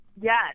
Yes